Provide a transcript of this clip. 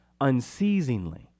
unceasingly